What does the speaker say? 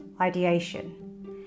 ideation